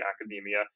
academia